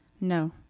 No